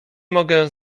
mogę